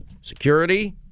security